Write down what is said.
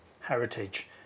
heritage